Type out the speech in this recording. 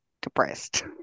depressed